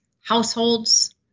households